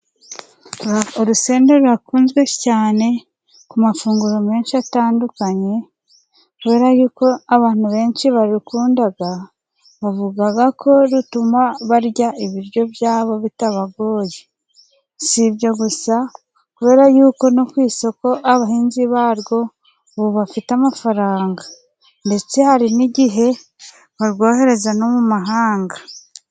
Urusenda rurakunzwe cyane ku mafunguro menshi atandukanye, kubera y'uko abantu benshi barukunda, bavuga ko rutuma barya ibiryo byabo bitabagoye. Si ibyo gusa kubera y'uko no ku isoko abahinzi barwo baba bafite amafaranga, ndetse hari n'igihe barwohereza no mu mahanga.